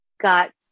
got